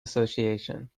association